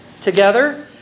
Together